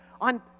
on